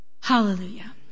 Hallelujah